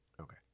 Okay